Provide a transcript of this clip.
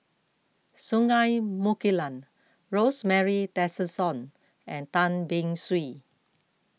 Singai Mukilan Rosemary Tessensohn and Tan Beng Swee